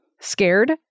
scared